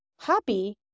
happy